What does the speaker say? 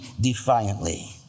defiantly